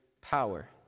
power